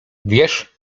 wiesz